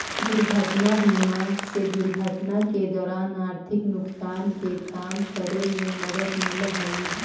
दुर्घटना बीमा से दुर्घटना के दौरान आर्थिक नुकसान के कम करे में मदद मिलऽ हई